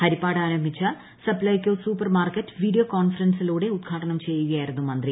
ഹരിപ്പാട് ആരംഭിച്ച Supplyco super market video കോൺഫറൻസിലൂടെ ഉദ്ഘാടനം ചെയ്യുകയായിരുന്നു മന്ത്രി